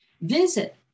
visit